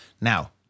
Now